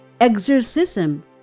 exorcism